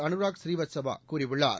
அனுராக் ப்ரீவத்ஸவா கூறியுள்ளார்